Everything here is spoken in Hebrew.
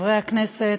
חברי הכנסת,